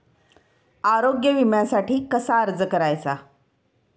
आरोग्य विम्यासाठी कसा अर्ज करायचा?